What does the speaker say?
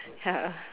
ya